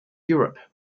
europe